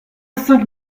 cinq